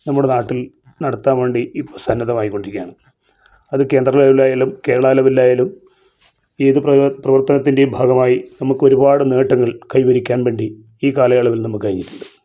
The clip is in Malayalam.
നമ്മുടെ നാട്ടിൽ നടത്താൻ വേണ്ടി ഇപ്പം സന്നദ്ധമായിക്കൊണ്ടിരിയ്ക്കയാണ് അത് കേന്ദ്ര ലെവൽലായാലും കേരളാ ലെവൽലായാലും ഏതു പ്രയൊ പ്രവർത്തനത്തിൻ്റെയും ഭാഗമായി നമുക്കൊരുപാട് നേട്ടങ്ങൾ കൈവരിക്കാൻ വേണ്ടി ഈ കാലയളവിൽ നമുക്ക് കഴിഞ്ഞിട്ടുണ്ട്